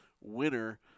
winner